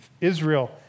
Israel